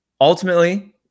Ultimately